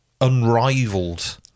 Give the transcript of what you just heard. unrivaled